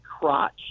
crotch